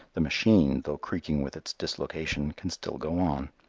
the machine, though creaking with its dislocation, can still go on.